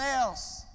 else